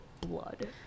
blood